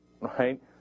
right